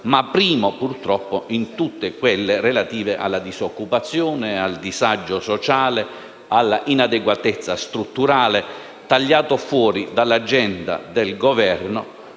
ma primo purtroppo in tutte quelle relative alla disoccupazione, al disagio sociale e all'inadeguatezza strutturale, tagliato fuori dall'agenda del Governo,